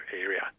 area